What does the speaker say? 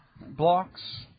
blocks